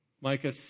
Micah